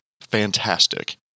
fantastic